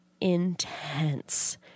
intense